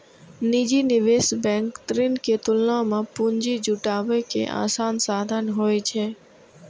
निजी निवेश बैंक ऋण के तुलना मे पूंजी जुटाबै के आसान साधन होइ छै